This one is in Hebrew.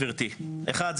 גברתי: אחד,